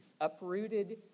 uprooted